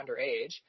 underage